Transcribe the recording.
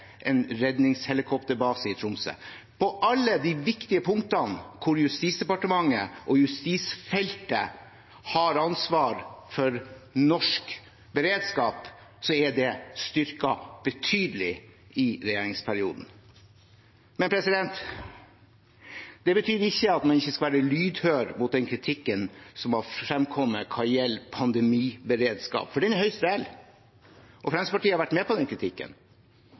en redningshelikopterbase i Tromsø. På alle de viktige punktene hvor Justisdepartementet og justisfeltet har ansvar for norsk beredskap, er det styrket betydelig i regjeringsperioden. Det betyr ikke at man ikke skal være lydhør for den kritikken som har fremkommet når det gjelder pandemiberedskap, for den er høyst reell. Fremskrittspartiet har vært med på den kritikken.